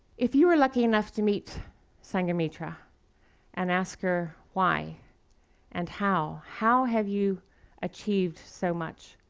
if you are lucky enough to meet sanghamitra and ask her why and how, how have you achieved so much?